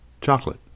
chocolate